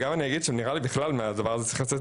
אני גם אגיד שלדעתי מהדבר הזה צריך לצאת